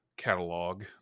catalog